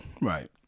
Right